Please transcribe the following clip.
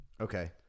Okay